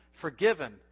Forgiven